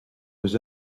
was